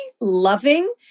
loving